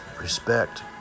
respect